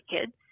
kids